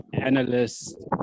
analysts